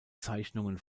zeichnungen